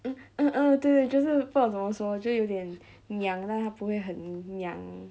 uh uh uh 对就是不知道怎么说就有点娘 lah 他不会很娘